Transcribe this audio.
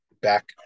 back